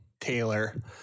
Taylor